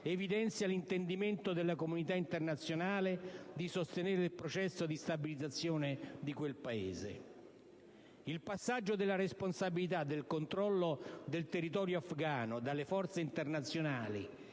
evidenzia l'intendimento della comunità internazionale di sostenere il processo di stabilizzazione di quel Paese. Il passaggio della responsabilità del controllo del territorio afgano dalle forze internazionali